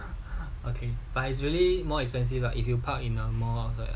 okay but he's really more expensive lah if you park in a more correct